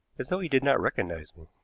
as though he did not recognize me.